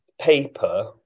paper